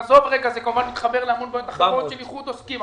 זה כמובן מתחבר להמון בעיות אחרות של איחוד עוסקים.